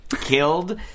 killed